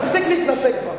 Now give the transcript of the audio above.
תפסיק להתנשא כבר.